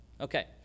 Okay